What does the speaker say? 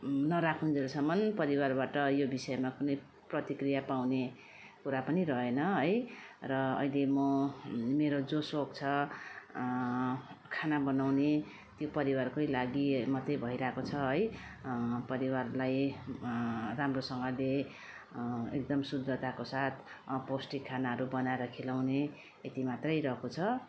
न राखुनन्जेलसम्म परिवारबाट यो विषयमा कुनै प्रतिक्रिया पाउने कुरा पनि रहेन है र अहिले म मेरो जो सोक छ खाना बनाउने त्यो परिवारकै लागि मात्रै भइरहेको छ है परिवारलाई राम्रोसँगले एकदम शुद्धताको साथ पौष्टिक खानाहरू बनाएर खिलाउने यति मात्रै रहेको छ